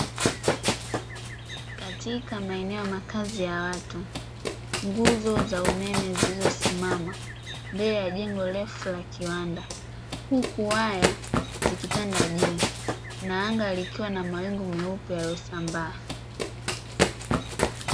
Katika maeneo ya makazi ya watu nguzo za umeme zilizosimama mbele ya jengo refu la kiwanda, huku waya zikitanda juu na anga likiwa na mawingu meupe yaliyo sambaa.